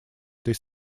этой